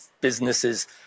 businesses